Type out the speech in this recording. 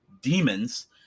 demons